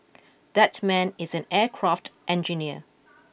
that man is an aircraft engineer